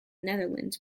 netherlands